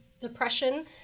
depression